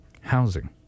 housing